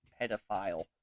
pedophile